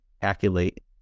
calculate